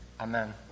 Amen